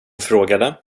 frågade